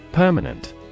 Permanent